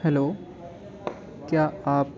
hello کیا آپ